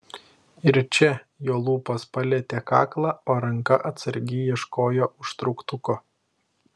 ir čia jo lūpos palietė kaklą o ranka atsargiai ieškojo užtrauktuko